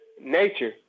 nature